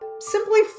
simply